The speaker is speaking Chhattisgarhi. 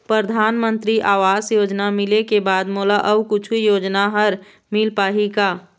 परधानमंतरी आवास योजना मिले के बाद मोला अऊ कुछू योजना हर मिल पाही का?